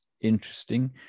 interesting